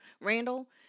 Randall